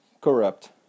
corrupt